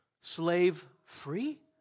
Slave-free